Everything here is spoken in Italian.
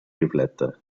riflettere